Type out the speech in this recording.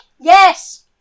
Yes